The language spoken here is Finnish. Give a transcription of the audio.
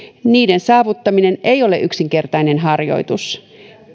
niiden saavuttaminen ei ole yksinkertainen harjoitus